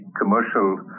commercial